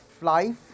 life